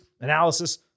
analysis